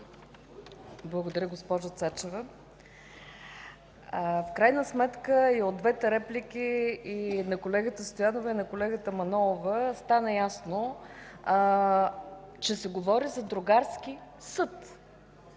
Благодаря, госпожо Цачева. В крайна сметка и от двете реплики – на колегата Стоянова и на колегата Манолова, стана ясно, че се говори за другарски съд.